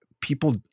people